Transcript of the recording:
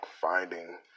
finding